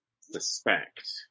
suspect